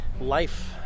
life